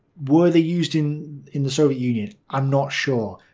were they used in in the soviet union? i'm not sure.